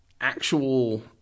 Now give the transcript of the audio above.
actual